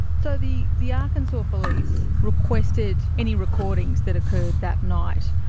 so the the arkansas police requested any recordings that occurred that night.